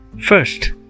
First